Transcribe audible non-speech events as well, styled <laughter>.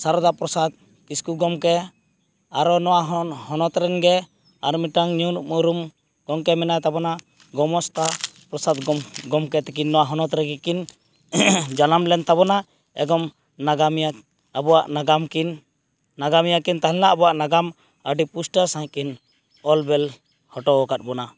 ᱥᱟᱨᱚᱫᱟᱯᱨᱚᱥᱟᱫᱽ ᱠᱤᱥᱠᱩ ᱜᱚᱢᱠᱮ ᱟᱨᱚ ᱱᱚᱣᱟ <unintelligible> ᱦᱚᱱᱚᱛᱨᱮᱱ ᱜᱮ ᱟᱨ ᱢᱤᱫᱴᱟᱝ ᱧᱩᱢᱩᱨᱩᱢ ᱜᱚᱢᱠᱮ ᱢᱮᱱᱟᱭ ᱛᱟᱵᱚᱱᱟ ᱜᱳᱢᱚᱥᱛᱟᱯᱨᱚᱥᱟᱫᱽ <unintelligible> ᱜᱚᱢᱠᱮ ᱛᱤᱠᱤᱱ ᱱᱚᱣᱟ ᱦᱚᱱᱚᱛ ᱨᱮᱜᱮ ᱠᱤᱱ ᱡᱟᱱᱟᱢᱞᱮᱱ ᱛᱟᱵᱚᱱᱟ ᱮᱵᱚᱝ ᱱᱟᱜᱟᱢᱤᱭᱟ ᱟᱵᱣᱟ ᱱᱟᱜᱟᱢᱠᱤᱱ ᱱᱟᱜᱟᱢᱤᱭᱟᱠᱤᱱ ᱛᱟᱦᱮᱸᱞᱮᱱᱟ ᱟᱵᱚᱣᱟᱜ ᱱᱟᱜᱟᱢ ᱟᱰᱤ ᱯᱩᱥᱴᱟᱹᱣ ᱥᱟᱸᱦᱤᱪᱠᱤᱱ ᱚᱞᱵᱮᱞ ᱦᱚᱴᱚᱣ ᱟᱠᱟᱫ ᱵᱚᱱᱟ